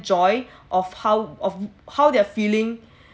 joy of how of how they're feeling